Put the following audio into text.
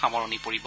সামৰণি পৰিব